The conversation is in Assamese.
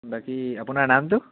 বাকী আপোনাৰ নামটো